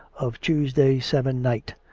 of tuesday seven-night,